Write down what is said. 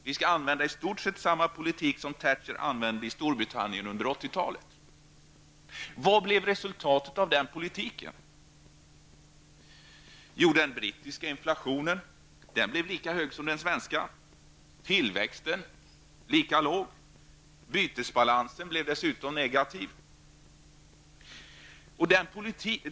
Vi skall använda i stort sett samma politik som Thatcher använde i Storbritannien under 80-talet. Vad blev resultatet av den politiken. Jo, den brittiska inflationen blev lika hög som den svenska. Tillväxten blev lika låg. Bytesbalansen blev dessutom negativ.